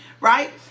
right